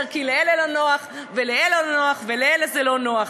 כי לאלה לא נוח ולאלה לא נוח ולאלה זה לא נוח.